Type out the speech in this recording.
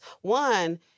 One